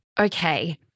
okay